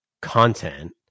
content